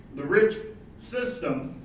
the rich system,